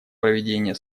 проведение